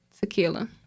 Tequila